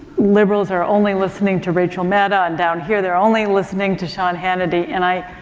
liberals are only listening to rachel madow and down here they're only listening to sean hannity and i,